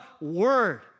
word